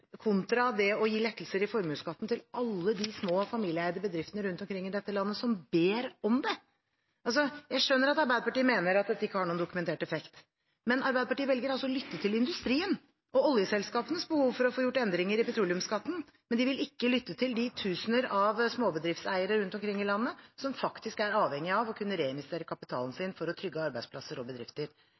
det å gi lettelser i formuesskatten til alle de små familieeide bedriftene rundt omkring i dette landet som ber om det. Jeg skjønner at Arbeiderpartiet mener at dette ikke har noen dokumentert effekt, men Arbeiderpartiet velger altså å lytte til industrien og oljeselskapenes behov for å få gjort endringer i petroleumsskatten, men de vil ikke lytte til de tusener av småbedriftseiere rundt omkring i landet som faktisk er avhengig av å kunne reinvestere kapitalen sin for å trygge arbeidsplasser og bedrifter.